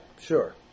sure